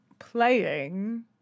playing